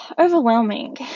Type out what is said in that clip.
overwhelming